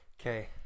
okay